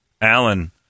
Alan